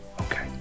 Okay